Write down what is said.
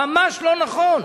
ממש לא נכון.